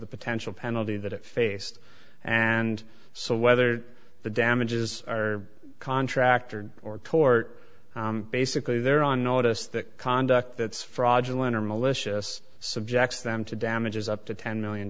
the potential penalty that it faced and so whether the damages are contractor or tort basically they're on notice that conduct that's fraudulent or malicious subjects them to damages up to ten million